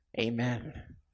Amen